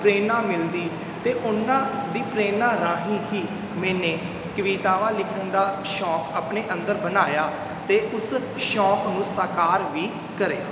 ਪ੍ਰੇਰਨਾ ਮਿਲਦੀ ਅਤੇ ਉਹਨਾਂ ਦੀ ਪ੍ਰੇਰਨਾ ਰਾਹੀਂ ਹੀ ਮੈਨੇ ਕਵਿਤਾਵਾਂ ਲਿਖਣ ਦਾ ਸ਼ੌਂਕ ਆਪਣੇ ਅੰਦਰ ਬਣਾਇਆ ਅਤੇ ਉਸ ਸ਼ੌਂਕ ਨੂੰ ਸਾਕਾਰ ਵੀ ਕਰਿਆ